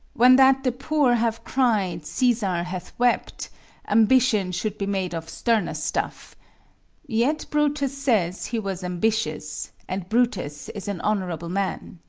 when that the poor have cried, caesar hath wept ambition should be made of sterner stuff yet brutus says, he was ambitious and brutus is an honorable man.